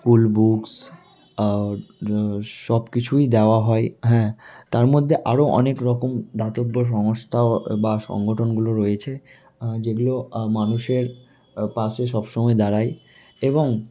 school books সব কিছুই দাওয়া হয় হ্যাঁ তার মধ্যে আরও অনেক রকম দাতব্য সংস্থা বা সংগঠনগুলো রয়েছে যেগুলো মানুষের পাশে সব সময় দাঁড়ায় এবং